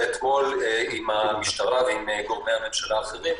אתמול עם המשטרה ועם גורמי הממשלה אחרים,